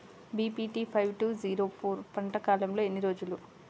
BPT five two zero four పంట కాలంలో ఎన్ని రోజులు?